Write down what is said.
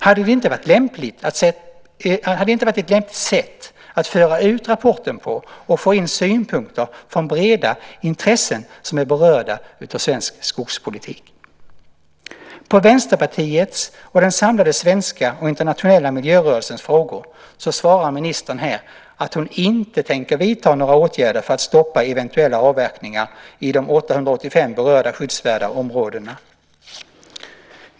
Hade det inte varit ett lämpligt sätt att föra ut rapporten på och få in synpunkter från breda intressen som är berörda av svensk skogspolitik? På Vänsterpartiets och den samlade svenska och internationella miljörörelsens frågor svarar ministern att hon inte tänker vidta några åtgärder för att stoppa eventuella avverkningar i de 885 berörda skyddsvärda områdena.